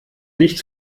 nicht